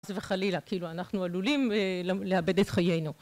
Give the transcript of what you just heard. חס וחלילה, כאילו אנחנו עלולים לאבד את חיינו.